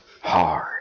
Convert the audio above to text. Hard